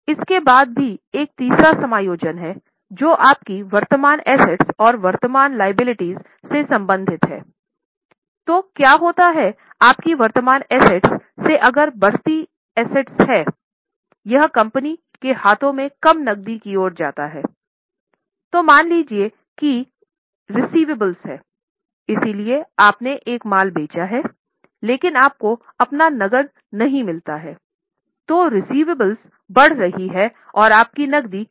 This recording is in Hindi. इसके बाद भी एक तीसरा समायोजन है जो आपकी वर्तमान एसेट बढ़ रही हैं और आपकी नक़दी कम हो रही है